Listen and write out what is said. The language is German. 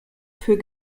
für